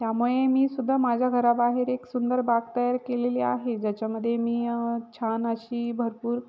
त्यामुळे मी सुद्धा माझ्या घराबाहेर एक सुंदर बाग तयार केलेली आहे ज्याच्यामध्ये मी छान अशी भरपूर